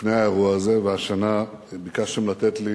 לפני האירוע הזה, והשנה ביקשתם לתת לי